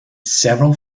several